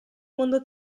mondo